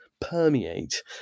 permeate